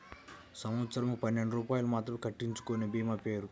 సంవత్సరంకు పన్నెండు రూపాయలు మాత్రమే కట్టించుకొనే భీమా పేరు?